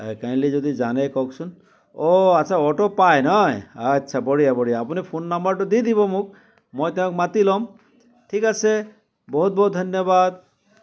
kindly যদি জানে কওকচোন অঁ আচ্ছা অ'টো পাই নহয় আচ্ছা বঢ়িয়া বঢ়িয়া আপুনি ফোন নাম্বাৰটো দি দিব মোক মই তেওঁক মাতি ল'ম ঠিক আছে বহুত বহুত ধন্যবাদ